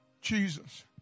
Jesus